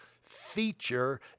feature